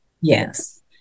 yes